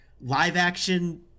live-action